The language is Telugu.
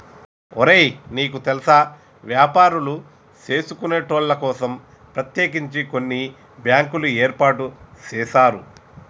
ఒరే నీకు తెల్సా వ్యాపారులు సేసుకొనేటోళ్ల కోసం ప్రత్యేకించి కొన్ని బ్యాంకులు ఏర్పాటు సేసారు